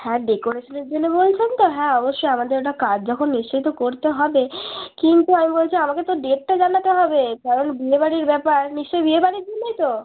হ্যাঁ ডেকোরেশনের জন্য বলছেন তো হ্যাঁ অবশ্যই আমাদের এটা কাজ যখন নিশ্চয়ই এটা করতে হবে কিন্তু আমি বলছি আমাকে তো ডেটটা জানাতে হবে কারণ বিয়েবাড়ির ব্যাপার নিশ্চয়ই বিয়েবাড়ির জন্যই তো